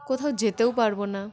কোথাও যেতেও পারব না